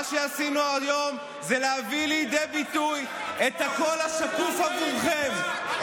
מה שעשינו היום זה להביא לידי ביטוי את הקול השקוף עבורכם,